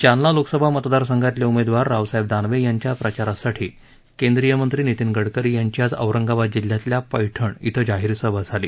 जालना लोकसभा मतदार संघातले उमेदवार रावसाहेब दानवे यांच्या प्रचारसाठी केंद्रीय मंत्री नितीन गडकरी यांची आज औरंगाबाद जिल्ह्यातल्या पैठण इथं जाहीर सभा झाली